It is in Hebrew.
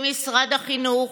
במשרד החינוך,